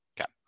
Okay